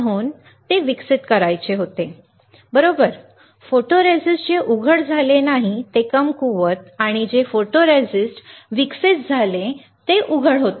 म्हणून मला ते विकसित करायचे होते बरोबर फोटोरिस्टिस्ट जे उघड झाले नाही ते कमकुवत आणि जे फोटोरिस्टिस्ट विकसित झाले जे उघड नाही होते